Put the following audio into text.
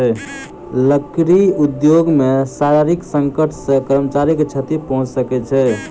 लकड़ी उद्योग मे शारीरिक संकट सॅ कर्मचारी के क्षति पहुंच सकै छै